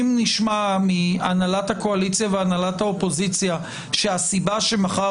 אם נשמע מהנהלת הקואליציה והנהלת האופוזיציה שהסיבה שמחר